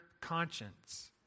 conscience